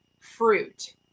fruit